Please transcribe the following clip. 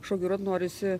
šokiruot norisi